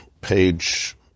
page